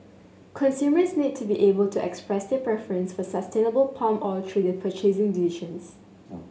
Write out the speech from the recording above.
consumers need to be able to express their preference for sustainable palm oil through their purchasing decisions